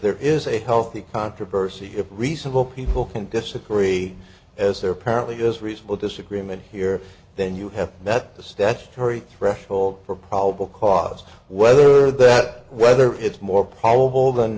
there is a healthy controversy if reasonable people can disagree as there apparently is reasonable disagreement here then you have that the statutory threshold for probable cause whether that whether it's more probable than